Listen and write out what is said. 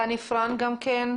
תני פרנק,